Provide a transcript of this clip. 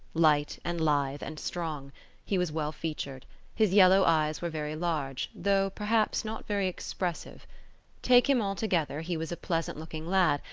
light, and lithe and strong he was well-featured his yellow eyes were very large, though, perhaps, not very expressive take him altogether, he was a pleasant-looking lad,